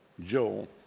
Joel